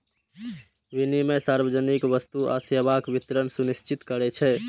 विनियम सार्वजनिक वस्तु आ सेवाक वितरण सुनिश्चित करै छै